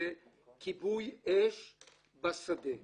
מד"א